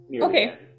Okay